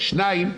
דבר שני,